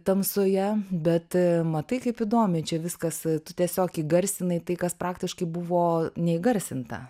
tamsoje bet matai kaip įdomiai čia viskas tu tiesiog įgarsinai tai kas praktiškai buvo neįgarsinta